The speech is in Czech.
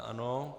Ano.